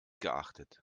geachtet